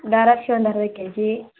ದ್ರಾಕ್ಷಿ ಒಂದು ಅರ್ಧ ಕೆಜಿ